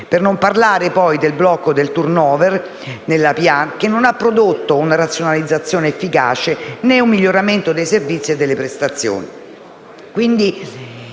Per non parlare poi del blocco del *turnover* nella pubblica amministrazione, che non ha prodotto una razionalizzazione efficace e un miglioramento dei servizi e delle prestazioni.